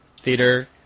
Theater